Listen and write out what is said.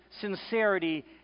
sincerity